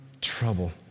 trouble